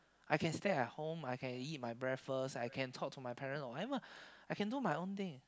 I can stay at home I can eat my breakfast I can talk to my parents or whatever I can do my own thing